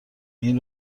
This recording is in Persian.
اون